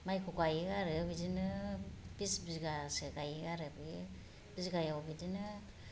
माइखौ गायो आरो बिदिनो बिस बिगासो गायो आरो बे बिगायाव बिदिनो